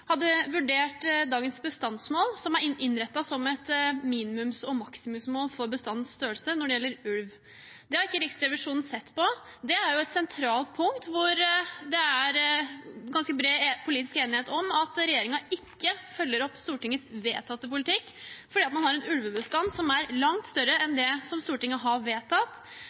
hadde vurdert dagens bestandsmål, som er innrettet som et minimums- og maksimumsmål for bestandens størrelse, når det gjelder ulv. Det har ikke Riksrevisjonen sett på. Det er et sentralt punkt, hvor det er ganske bred politisk enighet om at regjeringen ikke følger opp Stortingets vedtatte politikk, for man har en ulvebestand som er langt større enn det som Stortinget har vedtatt.